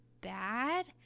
bad